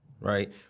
Right